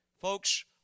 Folks